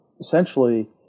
essentially